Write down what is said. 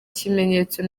kimenyetso